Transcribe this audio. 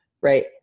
right